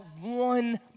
one